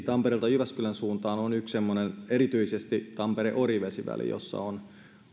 tampereelta jyväskylän suuntaan on yksi semmoinen erityisesti tampere orivesi väli jossa on